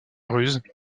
ruse